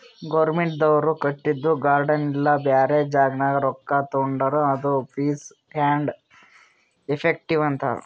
ಗೌರ್ಮೆಂಟ್ದವ್ರು ಕಟ್ಟಿದು ಗಾರ್ಡನ್ ಇಲ್ಲಾ ಬ್ಯಾರೆ ಜಾಗನಾಗ್ ರೊಕ್ಕಾ ತೊಂಡುರ್ ಅದು ಫೀಸ್ ಆ್ಯಂಡ್ ಎಫೆಕ್ಟಿವ್ ಅಂತಾರ್